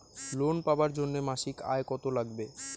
Loan পাবার জন্যে মাসিক আয় কতো লাগবে?